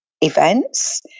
events